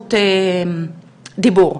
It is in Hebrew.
זכות הדיבור.